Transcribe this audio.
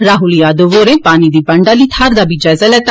राहूल यादव होरें पानी दी बंड आह्ली थाहरें दा बी जायज़ा लैता